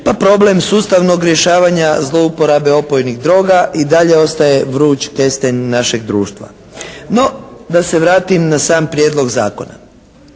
pa problem sustavnog rješavanja zlouporabe opojnih droga i dalje ostaje vruć kesten našeg društva. No da se vratim na sam Prijedlog zakona.